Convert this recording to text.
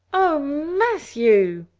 oh, matthew!